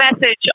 message